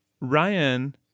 ryan